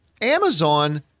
Amazon